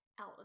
out